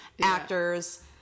actors